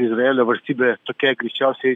izraelio valstybė tokia greičiausiai